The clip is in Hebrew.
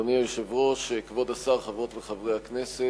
אדוני היושב-ראש, כבוד השר, חברות וחברי הכנסת,